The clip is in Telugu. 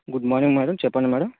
గుడ్ మార్నింగ్ మేడం చెప్పండి మేడం